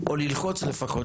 או ללחוץ לפחות,